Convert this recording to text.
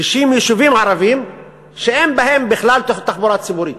60 יישובים ערביים אין בהם בכלל תחבורה ציבורית.